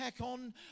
on